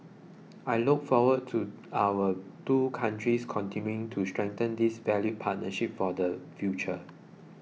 I look forward to our two countries continuing to strengthen this valued partnership for the future